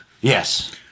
Yes